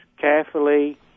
Carefully